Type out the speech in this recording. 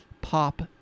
pop